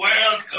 Welcome